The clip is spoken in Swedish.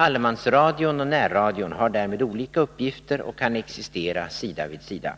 Allemansradion och närradion har därmed olika uppgifter och kan existera sida vid sida.